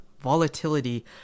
volatility